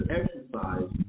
exercise